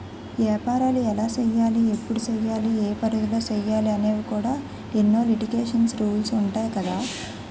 ఏపారాలు ఎలా సెయ్యాలి? ఎప్పుడు సెయ్యాలి? ఏ పరిధిలో సెయ్యాలి అనేవి కూడా ఎన్నో లిటికేషన్స్, రూల్సు ఉంటాయి కదా